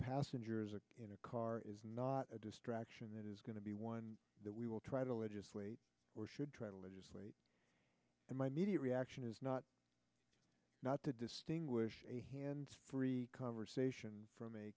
passengers or in a car is not a distraction that is going to be one that we will try to legislate or should try to legislate and my immediate reaction is not not to distinguish a hands free conversation from a